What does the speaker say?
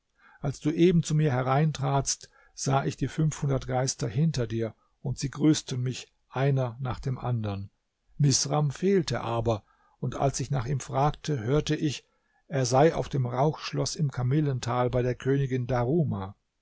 als du eben zu mir hereintratst sah ich die fünfhundert geister hinter dir und sie grüßten mich einer nach dem andern misram fehlte aber und als ich nach ihm fragte hörte ich er sei auf dem rauchschloß im kamillental bei der königin daruma